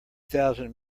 thousand